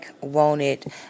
wanted